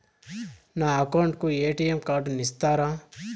నా అకౌంట్ కు ఎ.టి.ఎం కార్డును ఇస్తారా